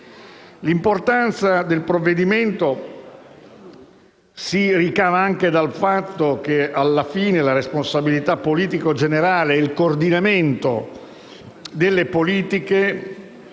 L'importanza del provvedimento si ricava poi anche dal fatto che alla fine la responsabilità politica generale e il coordinamento delle politiche